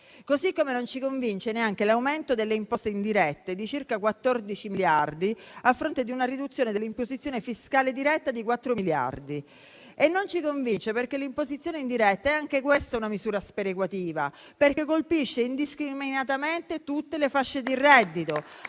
così come non ci convince neanche l'aumento delle imposte indirette di circa 14 miliardi a fronte di una riduzione dell'imposizione fiscale diretta di 4 miliardi. Non ci convince perché l'imposizione indiretta è anche questa una misura sperequativa, perché colpisce indiscriminatamente tutte le fasce di reddito